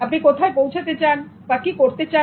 আপনি কোথায় পৌঁছাতে চান বা কি করতে চান